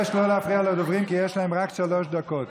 להפריע לדוברים, כי יש להם רק שלוש דקות.